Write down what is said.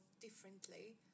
differently